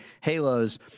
halos